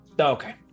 Okay